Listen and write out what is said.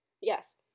Yes